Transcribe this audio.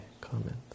comment